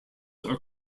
are